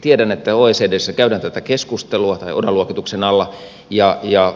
tiedän että oecdssä käydään tätä keskustelua tämän oda luokituksen alla ja